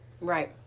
right